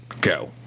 Go